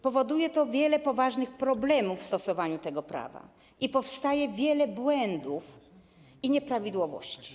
Powoduje to wiele poważnych problemów w stosowaniu tego prawa i powstaje wiele błędów i nieprawidłowości.